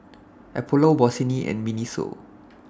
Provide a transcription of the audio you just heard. Apollo Bossini and Miniso